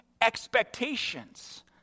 expectations